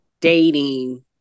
dating